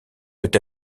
peut